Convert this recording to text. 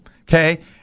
Okay